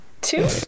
Two